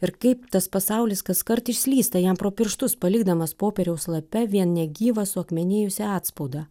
ir kaip tas pasaulis kaskart išslysta jam pro pirštus palikdamas popieriaus lape vien negyvą suakmenėjusį atspaudą